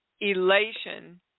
elation